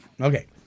Okay